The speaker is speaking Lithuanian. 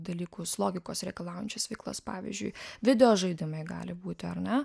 dalykus logikos reikalaujančias veiklas pavyzdžiui video žaidimai gali būti ar ne